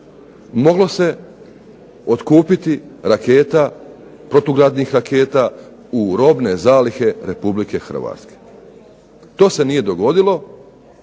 moglo se otkupiti protugradnih raketa u robne zalihe RH. To se nije dogodilo